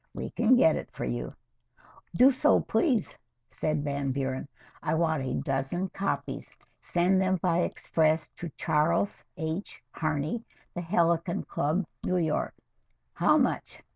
we can get it for you do so please said van buren i want a dozen copies send them by express to charles h kearney the helican club, new york how much?